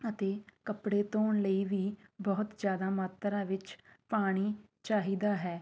ਅਤੇ ਕੱਪੜੇ ਧੋਣ ਲਈ ਵੀ ਬਹੁਤ ਜ਼ਿਆਦਾ ਮਾਤਰਾ ਵਿੱਚ ਪਾਣੀ ਚਾਹੀਦਾ ਹੈ